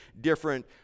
different